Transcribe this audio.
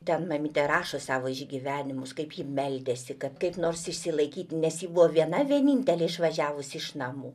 ten mamytė rašo savo išgyvenimus kaip ji meldėsi kad kaip nors išsilaikyti nes ji buvo viena vienintelė išvažiavusi iš namų